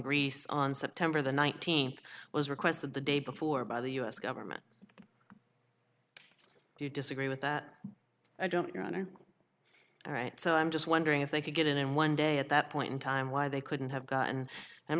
greece on september the nineteenth was requested the day before by the u s government if you disagree with that i don't you know i know all right so i'm just wondering if they could get in and one day at that point in time why they couldn't have gotten i'm